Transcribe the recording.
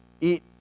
eat